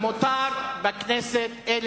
מותר בכנסת,